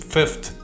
Fifth